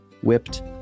whipped